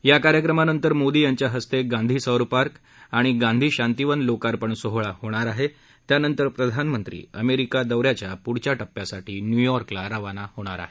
या कार्यक्रमानंतर मोदी यांच्या हस्ते गांधी सौर पार्क आणि गांधी शांतीवन लोकार्पण सोहळा होणार आहे त्यानंतर प्रधानमंत्री अमेरिका दौऱ्याच्या पुढच्या टप्प्यासाठी न्यूयॉर्कला रवाना होणार आहेत